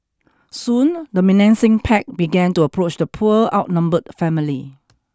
soon the menacing pack began to approach the poor outnumbered family